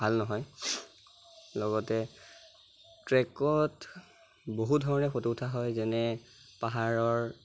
ভাল নহয় লগতে ট্ৰেকত বহু ধৰণে ফ'টো উঠা হয় যেনে পাহাৰৰ